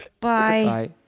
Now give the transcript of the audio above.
Bye